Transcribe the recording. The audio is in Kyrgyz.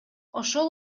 ошол